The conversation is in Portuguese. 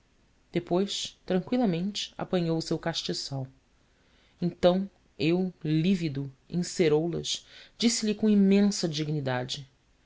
depois tranqüilamente apanhou o seu castiçal então eu lívido em ceroulas disse-lhe com imensa dignidade